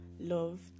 love